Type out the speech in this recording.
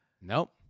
Nope